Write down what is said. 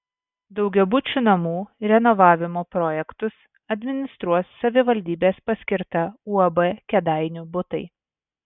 daugiabučių namų renovavimo projektus administruos savivaldybės paskirta uab kėdainių butai